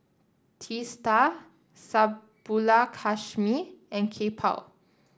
Teesta Subbulakshmi and Kapil